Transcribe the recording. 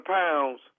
pounds